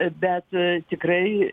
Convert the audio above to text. bet tikrai